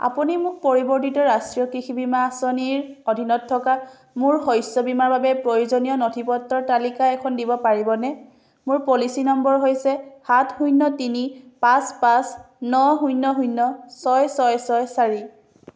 আপুনি মোক পৰিৱৰ্তিত ৰাষ্ট্ৰীয় কৃষি বীমা আঁচনিৰ অধীনত থকা মোৰ শস্য বীমাৰ বাবে প্ৰয়োজনীয় নথিপত্ৰৰ তালিকা এখন দিব পাৰিবনে মোৰ পলিচি নম্বৰ হৈছে সাত শূন্য তিনি পাঁচ পাঁচ ন শূন্য শূন্য ছয় ছয় ছয় চাৰি